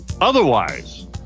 Otherwise